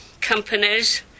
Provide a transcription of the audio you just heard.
companies